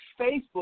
Facebook